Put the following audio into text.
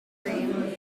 cream